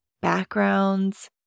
backgrounds